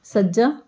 ਸੱਜਾ